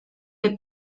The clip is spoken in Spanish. que